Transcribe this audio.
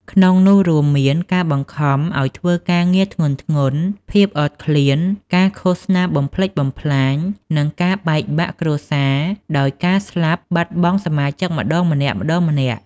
ក្នុងនោះរួមមានការបង្ខំឲ្យធ្វើការងារធ្ងន់ៗ ភាពអត់ឃ្លាន ការឃោសនាបំផ្លិចបំផ្លាញ និងការបែកបាក់គ្រួសារដោយការស្លាប់បាត់បង់សមាជិកម្តងម្នាក់ៗ។